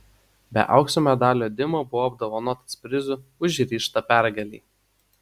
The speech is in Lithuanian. be aukso medalio dima buvo apdovanotas prizu už ryžtą pergalei